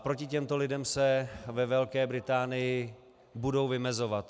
Proti těmto lidem se ve Velké Británii budou vymezovat.